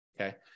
Okay